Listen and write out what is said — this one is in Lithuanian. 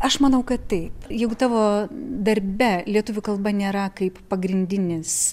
aš manau kad tai jeigu tavo darbe lietuvių kalba nėra kaip pagrindinis